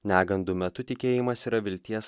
negandų metu tikėjimas yra vilties